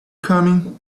coming